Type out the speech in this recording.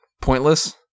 pointless